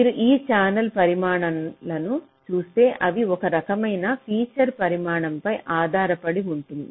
మీరు ఈ ఛానెల్ల పరిమాణాలను చూస్తే అవి ఒక రకమైన ఫీచర్ పరిమాణంపై ఆధారపడి ఉంటాయి